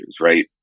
right